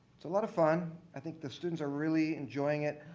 it's a lot of fun. i think the students are really enjoying it.